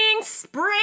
spring